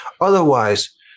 Otherwise